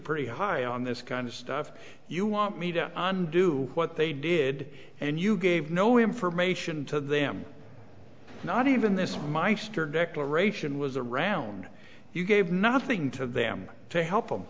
pretty high on this kind of stuff you want me to undo what they did and you gave no information to them not even this meister declaration was around you gave nothing to them to help